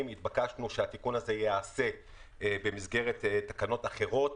התבקשנו שהתיקון הזה ייעשה במסגרת תקנות אחרות,